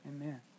Amen